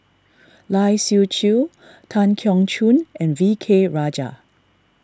Lai Siu Chiu Tan Keong Choon and V K Rajah